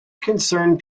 concerned